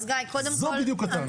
זו בדיוק הטענה.